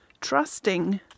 trusting